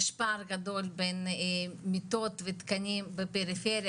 יש פער גדול בין מיטות ותקנים בפריפריה